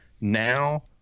now